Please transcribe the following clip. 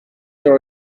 their